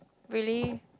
really